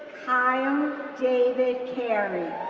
kyle david carey,